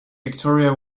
victoria